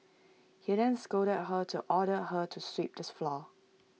he then scolded her and ordered her to sweep the floor